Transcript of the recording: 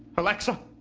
alexa